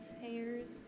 hairs